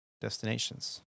destinations